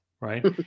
Right